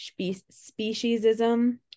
speciesism